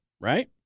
right